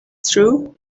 true